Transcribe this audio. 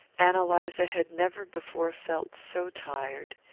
ann eliza had never before felt so tired.